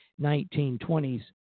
1920s